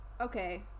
Okay